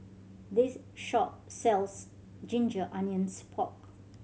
this shop sells ginger onions pork